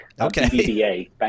Okay